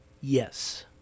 Yes